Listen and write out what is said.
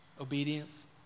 Obedience